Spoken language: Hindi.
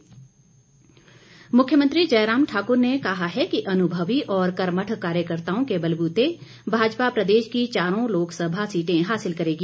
जय राम मुख्यमंत्री जयराम ठाकुर ने कहा है कि अनुभवी और कर्मठ कार्यकर्त्ताओं के बलबूते भाजपा प्रदेश की चारों लोकसभा सीटें हासिल करेगी